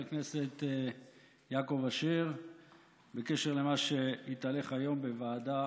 הכנסת יעקב אשר בקשר למה שהתהלך היום בוועדה